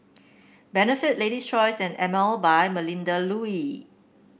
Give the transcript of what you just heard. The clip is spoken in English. Benefit Lady's Choice and Emel by Melinda Looi